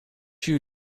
you